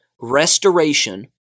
restoration